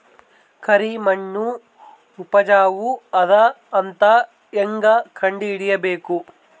ಕರಿಮಣ್ಣು ಉಪಜಾವು ಅದ ಅಂತ ಹೇಂಗ ಕಂಡುಹಿಡಿಬೇಕು?